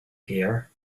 here